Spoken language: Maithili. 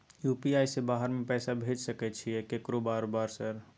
यु.पी.आई से बाहर में पैसा भेज सकय छीयै केकरो बार बार सर?